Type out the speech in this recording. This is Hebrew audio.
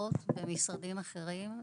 נוגעות במשרדים אחרים.